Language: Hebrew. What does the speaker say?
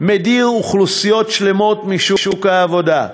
מדיר אוכלוסיות שלמות משוק העבודה.